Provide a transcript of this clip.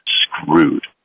screwed